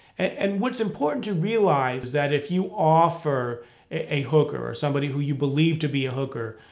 and what's important to realize is that if you offer a hooker, or somebody who you believe to be a hooker,